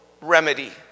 remedy